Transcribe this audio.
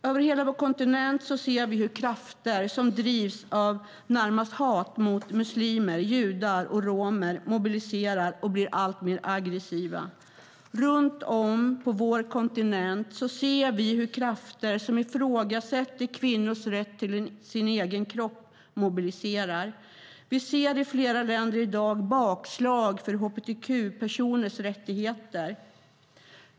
Över hela vår kontinent ser vi hur krafter som drivs av närmast hat hot muslimer, judar och romer mobiliserar och blir alltmer aggressiva. Runt om på vår kontinent ser vi hur krafter som ifrågasätter kvinnors rätt till sin egen kropp mobiliserar. Vi ser i flera länder i dag bakslag för hbtq-personers rättigheter.